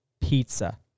Pizza